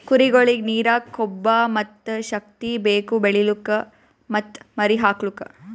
ಕುರಿಗೊಳಿಗ್ ನೀರ, ಕೊಬ್ಬ ಮತ್ತ್ ಶಕ್ತಿ ಬೇಕು ಬೆಳಿಲುಕ್ ಮತ್ತ್ ಮರಿ ಹಾಕಲುಕ್